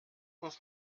uns